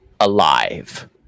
Alive